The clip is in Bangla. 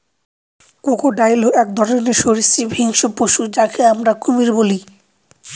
ক্রোকোডাইল এক রকমের সরীসৃপ হিংস্র পশু যাকে আমরা কুমির বলি